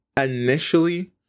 initially